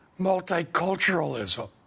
multiculturalism